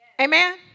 Amen